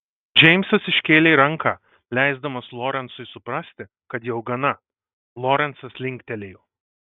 džeimsas iškėlė ranką leisdamas lorencui suprasti kad jau gana lorencas linktelėjo